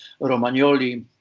Romagnoli